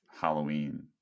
Halloween